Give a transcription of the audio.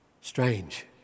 strange